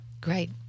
great